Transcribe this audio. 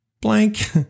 blank